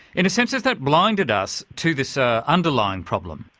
in a sense has that blinded us to this ah underlying problem?